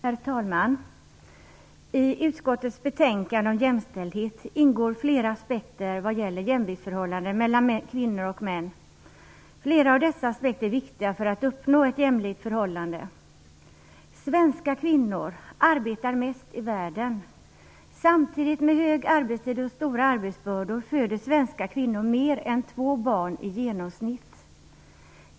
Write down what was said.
Herr talman! I utskottets betänkande om jämställdhet ingår flera aspekter vad gäller jämviktsförhållanden mellan kvinnor och män. Flera av dessa aspekter är viktiga för att uppnå ett jämlikt förhållande. Svenska kvinnor arbetar mest i världen. Samtidigt som de har lång arbetstid och stora arbetsbördor föder svenska kvinnor i genomsnitt fler än två barn.